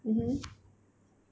mmhmm